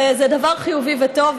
וזה דבר חיובי וטוב,